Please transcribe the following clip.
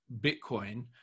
Bitcoin